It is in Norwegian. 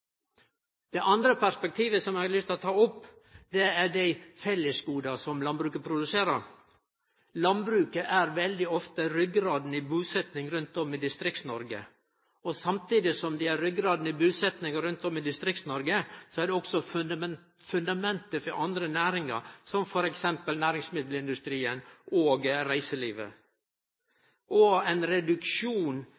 Det andre perspektivet som eg har lyst til å ta opp, er dei fellesgoda som landbruket produserer. Landbruket er veldig ofte ryggraden i busetnaden rundt om i Distrikts-Noreg. Samtidig som dei er ryggraden i busetnaden rundt om i Distrikts-Noreg, er dei òg fundamentet for andre næringar, som f.eks. næringsmiddelindustrien og reiselivet.